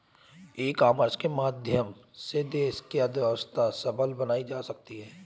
ई commerce के माध्यम से देश की अर्थव्यवस्था सबल बनाई जा सकती है